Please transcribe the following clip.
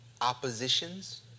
oppositions